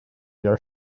your